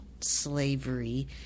slavery